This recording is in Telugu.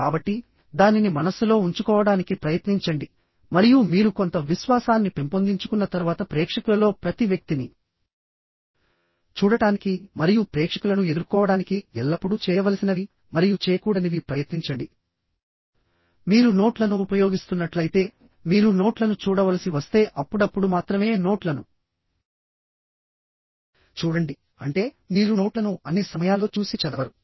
కాబట్టి దానిని మనస్సులో ఉంచుకోవడానికి ప్రయత్నించండి మరియు మీరు కొంత విశ్వాసాన్ని పెంపొందించుకున్న తర్వాత ప్రేక్షకులలో ప్రతి వ్యక్తిని చూడటానికి మరియు ప్రేక్షకులను ఎదుర్కోవడానికి ఎల్లప్పుడూ చేయవలసినవి మరియు చేయకూడనివి ప్రయత్నించండి మీరు నోట్లను ఉపయోగిస్తున్నట్లయితే మీరు నోట్లను చూడవలసి వస్తే అప్పుడప్పుడు మాత్రమే నోట్లను చూడండి అంటే మీరు నోట్లను అన్ని సమయాల్లో చూసి చదవరు